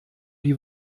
die